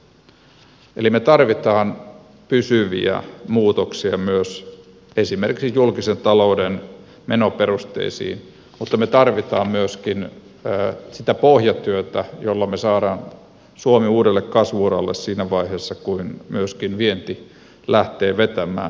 eli me tarvitsemme pysyviä muutoksia myös esimerkiksi julkisen talouden menoperusteisiin mutta me tarvitsemme myöskin sitä pohjatyötä jolla me saamme suomen uudelle kasvu uralle siinä vaiheessa kun myöskin vienti lähtee vetämään